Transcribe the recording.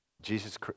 Jesus